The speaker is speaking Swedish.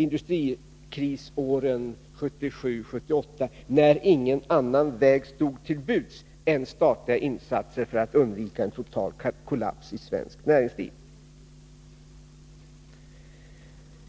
industrikrisåren 1977-1978, när ingen annan väg stod till buds än statliga insatser för att undvika en total kollaps i svenskt näringsliv.